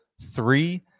three